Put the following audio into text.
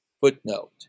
footnote